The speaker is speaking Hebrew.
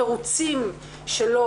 התירוצים שלו,